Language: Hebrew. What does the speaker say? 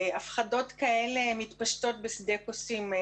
הפחדות כאלה מתפשטות כמו אש בשדה קוצים.